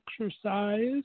exercise